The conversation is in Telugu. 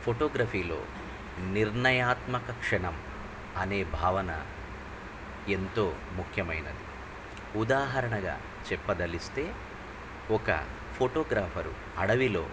ఫోటోగ్రఫీలో నిర్ణయాత్మక క్షణం అనే భావన ఎంతో ముఖ్యమైనది ఉదాహరణగా చెప్పదలిస్తే ఒక ఫోటోగ్రాఫరు అడవిలో